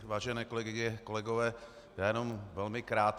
Vážené kolegyně a kolegové, já jenom velmi krátce.